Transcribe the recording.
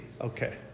Okay